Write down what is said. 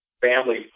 family